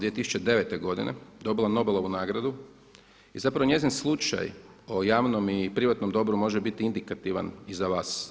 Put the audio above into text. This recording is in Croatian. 2009. godine dobila Nobelovu nagradu i zapravo njezin slučaj o javnom i privatnom dobru može biti indikativan i za vas.